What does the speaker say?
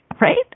right